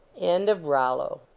end of rollo.